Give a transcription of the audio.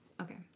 Okay